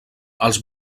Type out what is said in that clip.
els